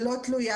שלא תלויה,